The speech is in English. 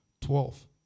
twelve